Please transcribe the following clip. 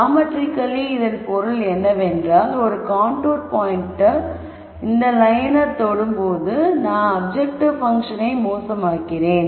geometrically இதன் பொருள் என்னவென்றால் ஒரு கான்டூர் பாயிண்ட் இந்த லயனை தொடும் வரை நான் அப்ஜெக்டிவ் பங்க்ஷனை மோசமாக்குகிறேன்